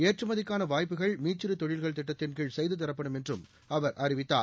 ஏற்றுமதிக்கான வாய்ப்புகள் மீச்சிறு தொழில்கள் திட்டத்தின்கீழ் செய்து தரப்படும் என்றும் அவர் அறிவித்தார்